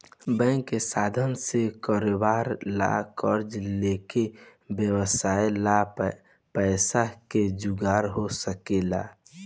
bank के साधन से कारोबार ला कर्जा लेके व्यवसाय ला पैसा के जुगार हो सकेला